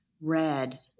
red